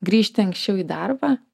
grįžti anksčiau į darbą